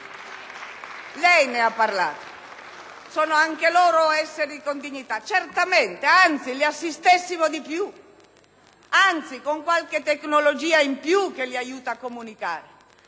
Lei ne ha parlato. Sono anche loro esseri con dignità: certamente. Anzi, se li assistessimo di più! Anzi, con qualche tecnologia in più che li aiuti a comunicare;